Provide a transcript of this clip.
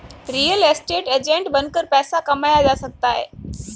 real estate agent बनकर पैसा कमाया जा सकता है